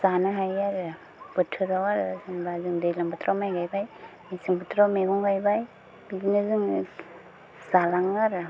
जानो हायो आरो बोथोराव आरो जेनेबा जों दैज्लां बोथोराव माय गायबाय मेसें बोथोराव मैगं गायबाय बिदिनो जोङो जालाङो आरो